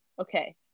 okay